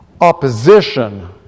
Opposition